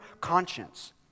conscience